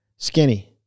Skinny